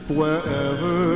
wherever